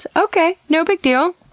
and okay, no big deal.